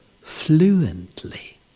fluently